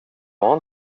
var